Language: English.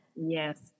Yes